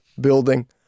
building